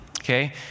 okay